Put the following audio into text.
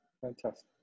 Fantastic